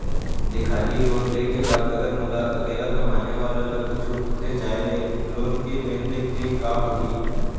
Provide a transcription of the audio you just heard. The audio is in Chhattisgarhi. दिखाही लोन ले के बाद अगर मोला अकेला कमाने वाला ला कुछू होथे जाय ले लोन के लेनदेन के का होही?